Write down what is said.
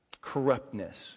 corruptness